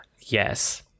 Yes